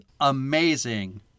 amazing